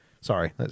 sorry